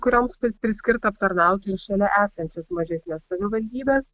kurioms priskirta aptarnauti ir šalia esančias mažesnes savivaldybes